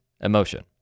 emotion